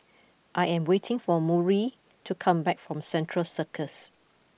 I am waiting for Murry to come back from Central Circus